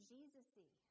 Jesus-y